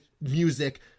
music